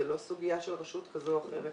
זאת לא סוגיה של רשות כזאת או אחרת.